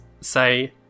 say